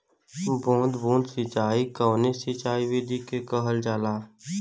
बूंद बूंद सिंचाई कवने सिंचाई विधि के कहल जाला?